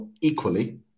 equally